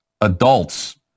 adults